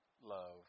love